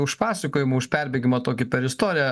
už pasakojimą už perbėgimą tokį per istoriją